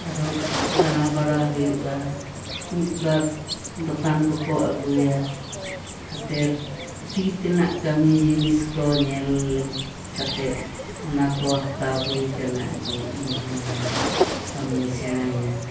ᱟᱨᱚ ᱫᱟᱬᱟᱵᱟᱲᱟ ᱦᱩᱭᱩᱜᱼᱟ ᱢᱤᱫ ᱵᱟᱨ ᱫᱚᱠᱟᱱ ᱠᱚᱠᱚ ᱟᱹᱜᱩᱭᱟ ᱦᱟᱛᱮᱨ ᱛᱤ ᱛᱮᱱᱟᱜ ᱠᱟᱹᱢᱤ ᱡᱤᱱᱤᱥ ᱠᱚ ᱧᱮᱞ ᱠᱟᱛᱮᱫ ᱚᱱᱟ ᱠᱚ ᱦᱟᱛᱟᱣ ᱦᱩᱭᱟᱠᱟᱱᱟ ᱡᱮ ᱤᱧᱦᱚᱸ ᱱᱚᱣᱟ ᱠᱟᱹᱢᱤᱧ ᱥᱮᱬᱟᱭᱟ